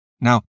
Now